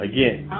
Again